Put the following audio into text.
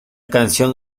canción